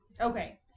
Okay